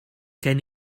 gen